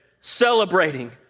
celebrating